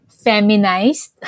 feminized